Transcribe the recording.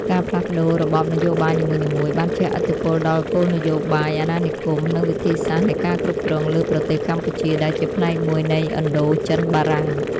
ការផ្លាស់ប្ដូររបបនយោបាយនីមួយៗបានជះឥទ្ធិពលដល់គោលនយោបាយអាណានិគម និងវិធីសាស្រ្តនៃការគ្រប់គ្រងលើប្រទេសកម្ពុជា ដែលជាផ្នែកមួយនៃឥណ្ឌូចិនបារាំង។